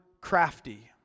crafty